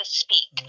speak